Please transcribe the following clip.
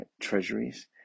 treasuries